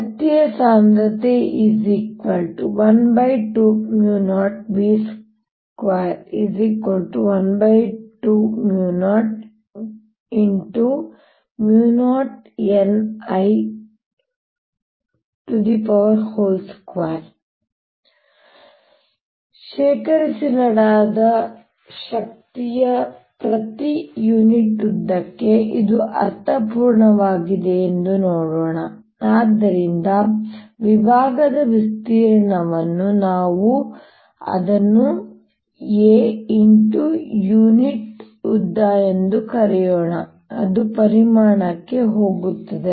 ಶಕ್ತಿಯ ಸಾಂದ್ರತೆ 120B21200nI20n2I22 ಶೇಖರಿಸಿಡಲಾದ ಶಕ್ತಿಯ ಪ್ರತಿ ಯೂನಿಟ್ ಉದ್ದಕ್ಕೆ ಇದು ಅರ್ಥಪೂರ್ಣವಾಗಿದೆಯೆಂದು ನೋಡೋಣ ಆದ್ದರಿಂದ ವಿಭಾಗದ ವಿಸ್ತೀರ್ಣವನ್ನು ನಾವು ಅದನ್ನು a ಯುನಿಟ್ ಉದ್ದ ಎಂದು ಕರೆಯೋಣ ಅದು ಪರಿಮಾಣಕ್ಕೆ ಹೋಗುತ್ತದೆ